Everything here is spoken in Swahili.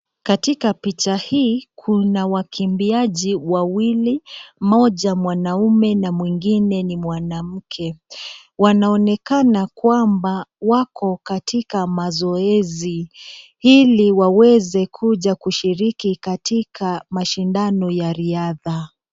Katika picha hii kuna wakimbiaji wawili, moja ni mwanaume na mwingine ni mwanamke, wanaonekana kwamba wako katika mazoezi. Hili waweze kuje kushiriki katika mashindano ya riadha.